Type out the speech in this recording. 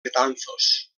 betanzos